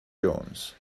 jones